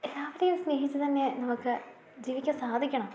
എല്ലാവരേയും സ്നേഹിച്ചുതന്നെ നമുക്ക് ജീവിക്കാൻ സാധിക്കണം